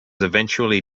eventually